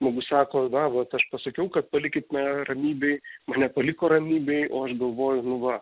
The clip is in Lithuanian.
žmogus sako na vat aš pasakiau kad palikit mane ramybėj mane paliko ramybėj o aš galvoju nu va